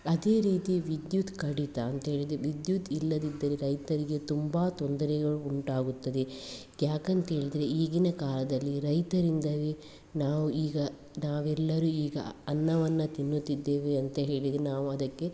ಅದೇ ರೀತಿ ವಿದ್ಯುತ್ ಕಡಿತ ಅಂತ ಹೇಳಿದರೆ ವಿದ್ಯುತ್ ಇಲ್ಲದ್ದಿದ್ದರೆ ರೈತರಿಗೆ ತುಂಬ ತೊಂದರೆಗಳು ಉಂಟಾಗುತ್ತದೆ ಯಾಕಂತ ಹೇಳಿದರೆ ಈಗಿನ ಕಾಲದಲ್ಲಿ ರೈತರಿಂದಲೇ ನಾವು ಈಗ ನಾವೆಲ್ಲರೂ ಈಗ ಅನ್ನವನ್ನು ತಿನ್ನುತ್ತಿದ್ದೇವೆ ಅಂತ ಹೇಳಿದರೆ ನಾವು ಅದಕ್ಕೆ